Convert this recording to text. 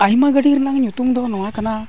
ᱟᱭᱢᱟ ᱜᱟᱹᱰᱤ ᱨᱮᱱᱟᱜ ᱧᱩᱛᱩᱢ ᱫᱚ ᱱᱚᱣᱟ ᱠᱟᱱᱟ